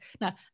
now